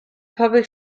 public